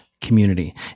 community